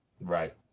Right